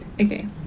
Okay